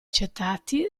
accettati